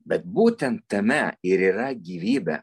bet būtent tame ir yra gyvybė